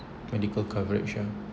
medical coverage ah